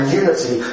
unity